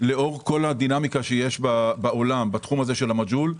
לאור כל הדינמיקה שיש בעולם בתחום המג'הול,